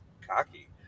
cocky